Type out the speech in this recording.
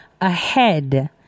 ahead